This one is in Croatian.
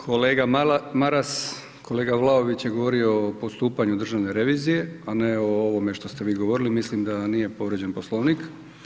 Kolega Maras, kolega Vlaović je govorio o postupanju državne revizije a ne o ovome što ste vi govorili, mislim da nije povrijeđen Poslovnik.